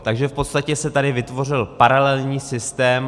Takže v podstatě se tady vytvořil paralelní systém.